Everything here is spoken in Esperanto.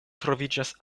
troviĝas